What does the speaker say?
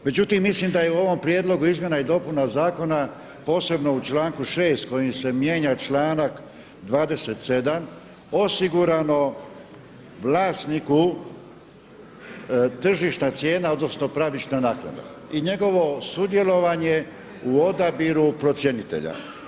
Međutim, mislim da je i u ovom prijedlogu izmjena i dopuna zakona posebno u članku 6. kojim se mijenja članak 27. osigurano vlasniku tržišna cijena odnosno pravična naknada i njegovo sudjelovanje u odabiru procjenitelja.